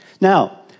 Now